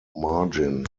margin